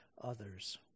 others